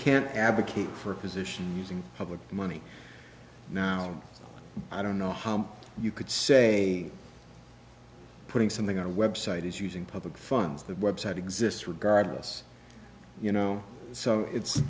can't advocate for a position using public money now i don't know how you could say putting something on a website is using public funds the website exists regardless you know so it's